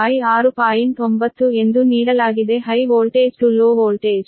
9 ಎಂದು ನೀಡಲಾಗಿದೆ high voltage to low voltage